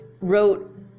wrote